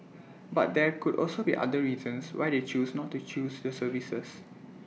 but there could also be other reasons why they choose not to choose the services